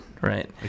right